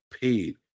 paid